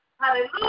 Hallelujah